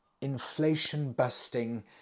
inflation-busting